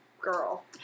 girl